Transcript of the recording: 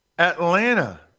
Atlanta